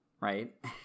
right